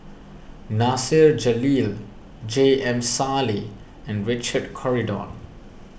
Nasir Jalil J M Sali and Richard Corridon